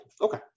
Okay